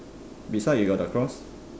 beside you got the cross